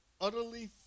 utterly